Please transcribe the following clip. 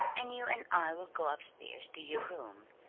and you and i will go upstairs to your room.